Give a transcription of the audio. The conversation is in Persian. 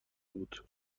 بود